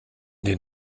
den